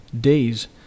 days